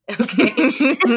Okay